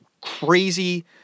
crazy